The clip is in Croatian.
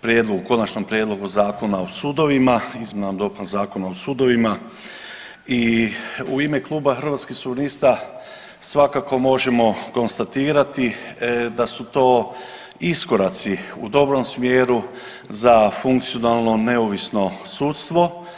prijedlogu Konačnom prijedlogu Zakona o sudovima, izmjena i dopuna Zakona o sudovima i u ime Kluba Hrvatskih suverenista svakako možemo konstatirati da su to iskoraci u dobrom smjeru za funkcionalno neovisno sudstvo.